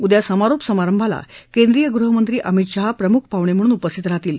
उदया समारोप समारंभाला केन्द्रीय गृहमंत्री अमित शाह प्रमुख पाहुपे म्हणून उपस्थित राहतील